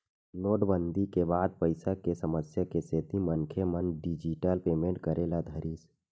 नोटबंदी के बाद पइसा के समस्या के सेती मनखे मन डिजिटल पेमेंट करे ल धरिस